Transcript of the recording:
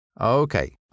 Okay